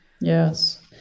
Yes